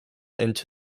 into